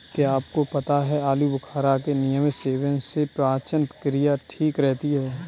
क्या आपको पता है आलूबुखारा के नियमित सेवन से पाचन क्रिया ठीक रहती है?